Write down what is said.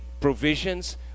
provisions